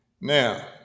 Now